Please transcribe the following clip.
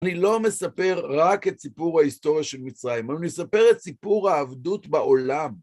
אני לא מספר רק את סיפור ההיסטוריה של מצרים, אני מספר את סיפור העבדות בעולם.